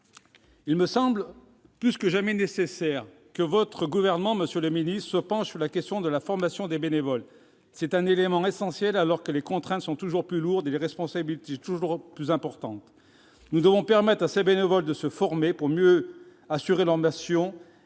Il me semble plus que jamais nécessaire que le Gouvernement se penche sur la question de la formation des bénévoles. C'est un élément essentiel, alors que les contraintes sont toujours plus lourdes et les responsabilités toujours plus importantes. Nous devons permettre à ces bénévoles de se former, pour que leurs missions